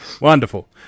Wonderful